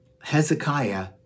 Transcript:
Hezekiah